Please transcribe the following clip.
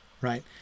Right